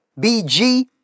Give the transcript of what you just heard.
BG